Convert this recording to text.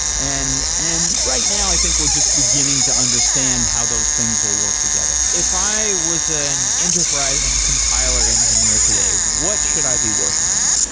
and and right now, i think we're just beginning to understand how those things will work together if i was ah an enterprising compiler engineer today, what should i be working on?